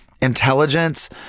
intelligence